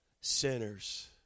sinners